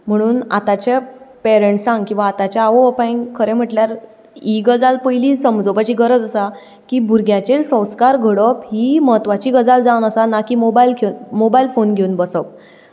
म्हणून आतांच्या पेरंट्सांक किंवां आतांच्या आवय बापायंक खरें म्हणल्यार ही गजाल पयलीं समजोवपाची गरज आसा की भुरग्यांचेर संस्कार घडोवप ही म्हत्वाची गजाल जावन आसा ना की मोबायल मोबायल फोन घेवन बसप